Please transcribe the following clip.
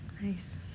Nice